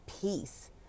peace